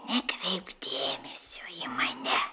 nekreipk dėmesio į mane